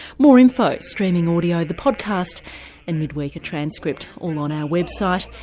more info, streaming audio, the podcast and mid week a transcript all on our website.